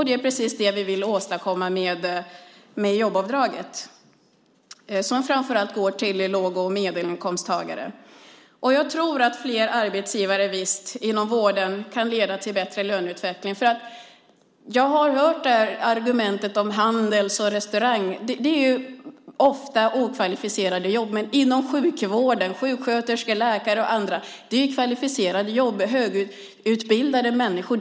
Det är precis det vi vill åstadkomma med jobbavdraget, som framför allt går till låg och medelinkomsttagare. Jag tror visst att fler arbetsgivare inom vården kan leda till bättre löneutveckling. Jag har hört argumentet om Handels och Hotell och Restaurang, men det handlar oftast om okvalificerade jobb. Inom sjukvården är det högkvalificerade jobb som sjuksköterskor och läkare. Det är högutbildade människor.